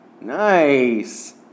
Nice